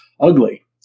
ugly